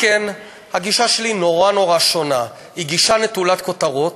הגישה שלי שונה, היא גישה נטולת כותרות,